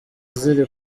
ziri